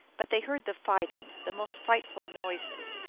but they heard the fighting, the most frightful noises,